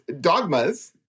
dogmas